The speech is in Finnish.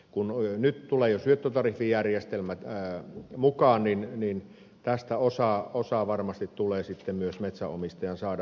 kun nyt tulevat jo syöttötariffijärjestelmät mukaan niin tästä osa varmasti tulee myös metsänomistajan saada